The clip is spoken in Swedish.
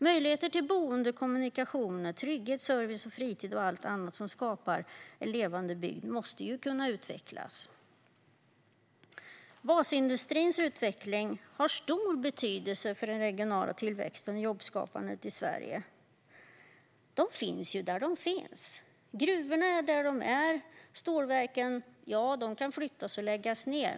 Möjligheter till boende, kommunikationer, trygghet, service, fritid och allt annat som skapar en levande bygd måste kunna utvecklas. Basindustrins utveckling har stor betydelse för den regionala tillväxten och jobbskapandet i Sverige. Dessa industrier finns där de finns. Gruvorna är där de är. Stålverken kan flyttas och läggas ned.